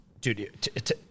Dude